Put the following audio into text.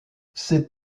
ses